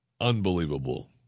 unbelievable